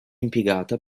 impiegata